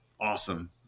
Awesome